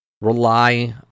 Rely